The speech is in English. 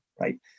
right